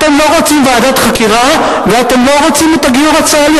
אתם לא רוצים ועדת חקירה ואתם לא רוצים את הגיור הצה"לי,